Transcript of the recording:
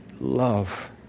love